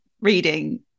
reading